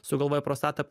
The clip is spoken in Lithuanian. sugalvoja prostatą